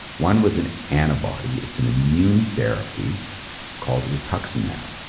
one was an antibody, it's an immune therapy called rituximab.